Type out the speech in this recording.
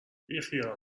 بیخیال